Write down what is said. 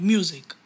Music